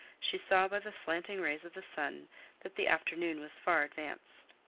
she saw by the slanting rays of the sun that the afternoon was far advanced.